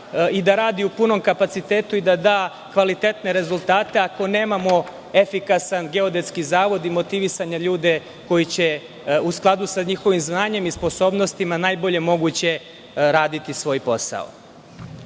da radi u punom kapacitetu i da da kvalitetne rezultate, ako nemamo efikasan Geodetski zavod i motivisanje ljudi koji će u skladu sa njihovim znanjem i sposobnostima najbolje moguće raditi svoj posao. Ono